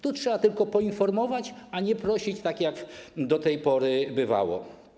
Tu trzeba tylko poinformować, a nie prosić, tak jak do tej pory bywało.